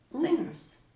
singers